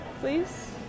please